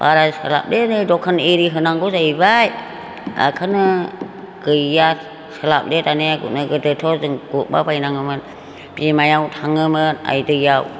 बारा सोलाबले जों दखान इरि होनांगौ जाहैबाय बेखायनो गैया सोलाबले दाने गुरनो गोदोथ' गुरबाय बायनाङोमोन बिमायाव थाङोमोन आइ दैयाव